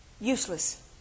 Useless